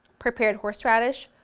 prepared horseradish,